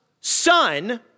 son